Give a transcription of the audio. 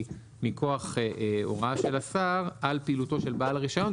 מכוח הוראה של השר על פעילותו של בעל רישיון,